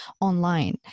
online